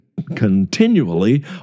continually